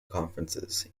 conferences